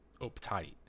uptight